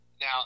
now